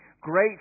great